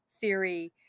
theory